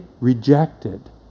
rejected